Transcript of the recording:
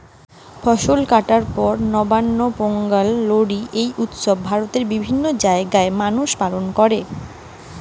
ফসল কাটার পর নবান্ন, পোঙ্গল, লোরী এই উৎসব ভারতের বিভিন্ন জাগায় মানুষ পালন কোরে